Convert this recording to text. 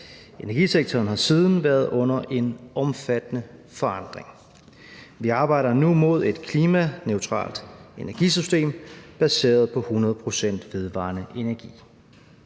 Energisektoren har siden været under en omfattende forandring. Vi arbejder nu mod et klimaneutralt energisystem baseret på 100 pct. vedvarende energi.